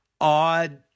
odd